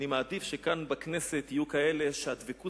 אני מעדיף שכאן בכנסת יהיו כאלה שהדבקות